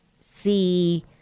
see